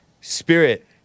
spirit